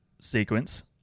Sequence